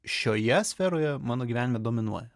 šioje sferoje mano gyvenime dominuoja